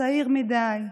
צעיר מדי,